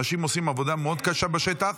אנשים עושים עבודה מאוד קשה בשטח.